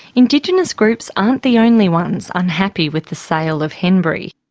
indigenous groups aren't the only ones unhappy with the sale of henbury.